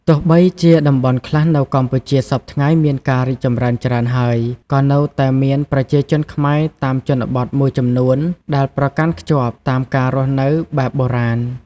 ទោះបីជាតំបន់ខ្លះនៅកម្ពុជាសព្វថ្ងៃមានការរីកចម្រើនច្រើនហើយ ក៏នៅតែមានប្រជាជនខ្មែរតាមជនបទមួយចំនួនដែលប្រកាន់ខ្ជាប់តាមការរស់នៅបែបបុរាណ។